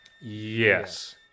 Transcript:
Yes